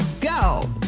go